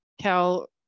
Cal